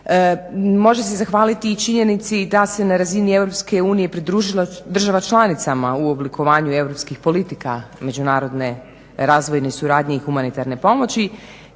Može se zahvaliti činjenici da se na razini EU pridružila država članicama u oblikovanju europskih politika međunarodne razvojne suradnje i humanitarne pomoći